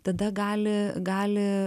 tada gali gali